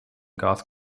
goth